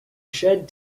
shed